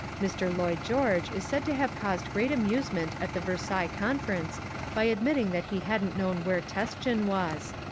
mr. lloyd george is said to have caused great amusement at the versailles conference by admitting that he hadn't known where teschen was.